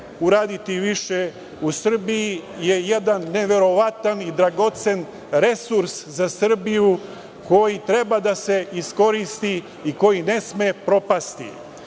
uraditi više u Srbiji je jedan neverovatan i dragocen resurs za Srbiju, koji treba da se iskoristi i koji ne sme propasti.